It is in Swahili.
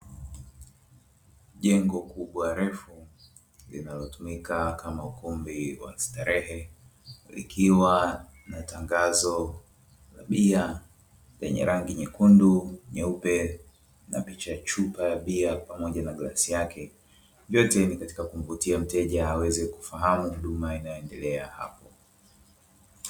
Jengo kubwa refu linalotumika kama ukumbi wa starehe likiwa na tangazo la bia lenye rangi nyekundu, nyeupe na picha ya chupa ya bia pamoja na glasi yake vyote ni katika kumvutia mteja aweze kufahamu huduma inayoendelea hapo.